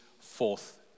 forth